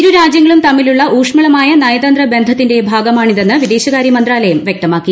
ഇരു രാജ്യവും തമ്മിലുള്ള ഊഷ്മളമായ നയതന്ത്ര ബന്ധത്തിന്റെ ഭാഗമാണിതെന്ന് വിദേശകാര്യമന്ത്രാലയം വൃക്തമാക്കി